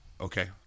okay